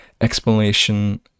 explanation